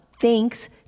thanks